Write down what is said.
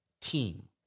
team